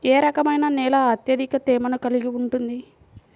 ఏ రకమైన నేల అత్యధిక తేమను కలిగి ఉంటుంది?